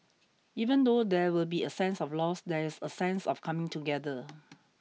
even though there will be a sense of loss there is a sense of coming together